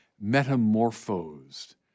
metamorphosed